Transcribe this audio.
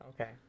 Okay